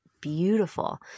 beautiful